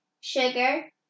Sugar